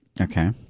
Okay